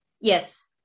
Yes